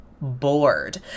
bored